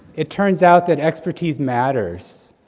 it turns out that expertise matters,